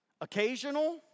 occasional